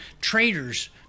traitors